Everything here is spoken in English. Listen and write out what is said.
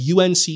UNC